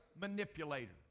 manipulator